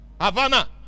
Havana